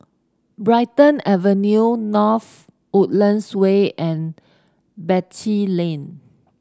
Brighton Avenue North Woodlands Way and Beatty Lane